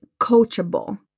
coachable